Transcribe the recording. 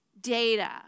data